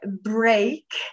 break